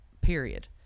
Period